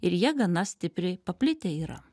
ir jie gana stipriai paplitę yra